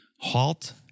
Halt